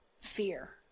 Fear